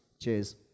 Cheers